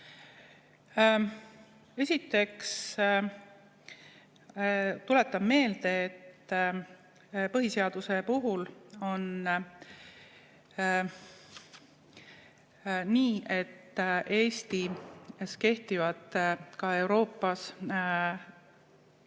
Esiteks, tuletan meelde, põhiseaduse puhul on nii, et Eestis kehtivad ka Euroopas